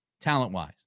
talent-wise